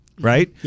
right